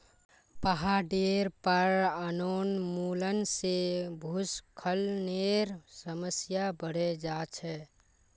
पहाडेर पर वनोन्मूलन से भूस्खलनेर समस्या बढ़े जा छे